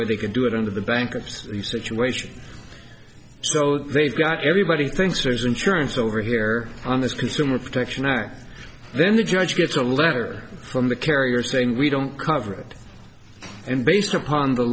way they can do it under the bankruptcy situation so they've got everybody thinks there is in terms over here on this consumer protection act then the judge gets a letter from the carrier saying we don't cover it and based upon the